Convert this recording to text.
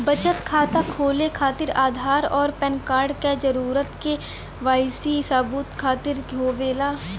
बचत खाता खोले खातिर आधार और पैनकार्ड क जरूरत के वाइ सी सबूत खातिर होवेला